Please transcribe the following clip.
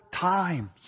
times